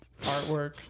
artwork